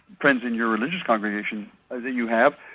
friends in your religious congregation that you have,